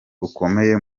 bukomeye